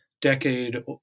decade